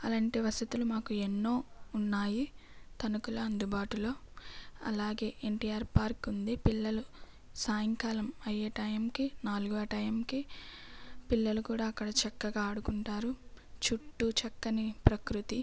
అలాంటి వసతులు మాకు ఎన్నో ఉన్నాయి తణుకులో అందుబాటులో అలాగే ఎన్టిఆర్ పార్క్ ఉంది పిల్లలు సాయంకాలం అయ్యే టైమ్కి నాలుగు ఆ టైమ్కి పిల్లలు కూడా అక్కడ చక్కగా ఆడుకుంటారు చుట్టూ చక్కని ప్రకృతి